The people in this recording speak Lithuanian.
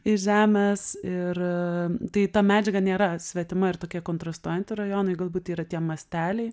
iš žemės ir tai ta medžiaga nėra svetima ir tokie kontrastuojanti rajonui galbūt yra tie masteliai